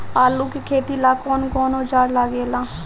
आलू के खेती ला कौन कौन औजार लागे ला?